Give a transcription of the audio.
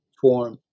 form